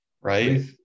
Right